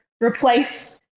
replace